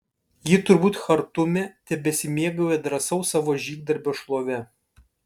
ji turbūt chartume tebesimėgauja drąsaus savo žygdarbio šlove